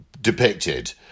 depicted